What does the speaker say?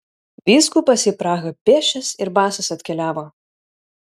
vyskupas į prahą pėsčias ir basas atkeliavo